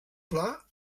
pla